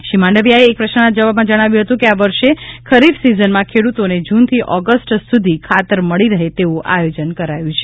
શ્રી માંડવીયાએ એક પ્રશ્નના જવાબમાં જણાવ્યું હતું કે આ વર્ષે ખરીફ સીઝનમાં ખેડૂતોને જૂનથી ઓગસ્ટ સુધી ખાતર મળી રહે છે તેવું આયોજન કરાયું છે